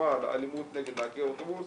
ומוסיפה לאלימות נגד נהגי אוטובוס?